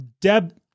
Deb